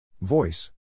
Voice